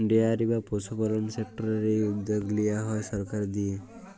dairy বা পশুপালল সেক্টরের এই উদ্যগ লিয়া হ্যয় সরকারের দিঁয়ে